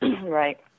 Right